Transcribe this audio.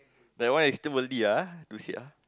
that one is too early ah to say ah